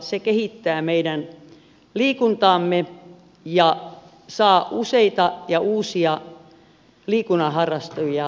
se kehittää meidän liikuntaamme ja saa useita ja uusia liikunnan harrastajia mukaan